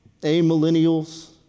amillennials